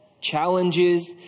challenges